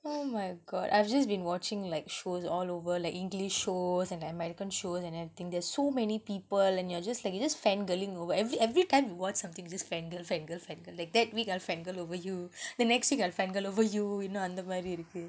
oh my god I've just been watching like shows all over like english shows and american shows and everything there's so many people and you're just like just fangirling over every every time you want something you just fangirl fangirl fangirl like that week I'll fangirl over you the next week I'll fangirl over you you know இன்னு அந்தமாரி இருக்கு:innu anthamaari irukku